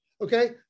Okay